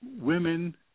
women